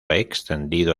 extendido